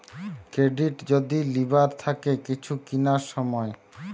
credit যদি লিবার থাকে কিছু কিনার সময়